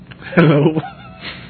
Hello